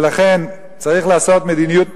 ולכן צריך לעשות מדיניות,